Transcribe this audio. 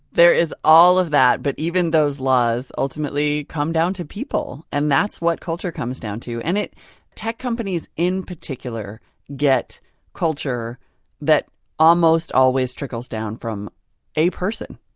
there is all of that. but even those laws ultimately come down to people. and that's what culture comes down to. and tech companies in particular get culture that almost always trickles down from a person.